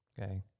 Okay